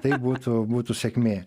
tai būtų būtų sėkmė